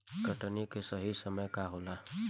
कटनी के सही समय का होला?